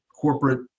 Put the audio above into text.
corporate